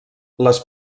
les